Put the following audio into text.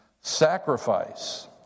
Sacrifice